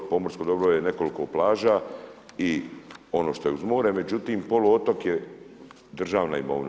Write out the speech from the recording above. Pomorsko dobro je nekoliko plaža i ono što je uz more, međutim poluotok je državna imovina.